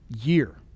year